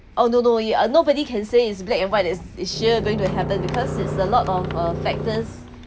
oh no no uh nobody can say is black and white is sure going to happen because it's a lot of uh factors